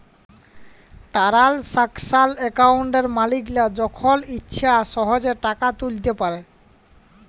টারালসাকশাল একাউলটে মালিকরা যখল ইছা সহজে টাকা তুইলতে পারে